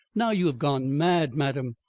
now you have gone mad, madam.